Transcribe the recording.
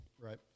Right